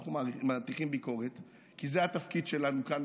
אנחנו מטיחים ביקורת כי זה התפקיד שלנו כאן,